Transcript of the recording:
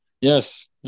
Yes